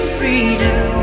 freedom